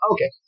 Okay